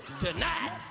Tonight